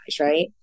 right